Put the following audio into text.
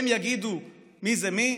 הם יגידו מי זה מי?